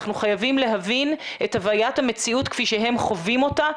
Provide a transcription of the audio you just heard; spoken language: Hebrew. אנחנו חייבים להבין את הווית המציאות כפי שהם חווים אותה.